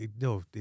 no